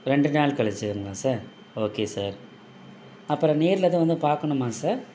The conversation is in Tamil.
ரெண்டு நாள் கழிச்சிதாங்களா சார் ஓகே சார் அப்புறம் நேரில் எதுவும் வந்து பார்க்கணுமா சார்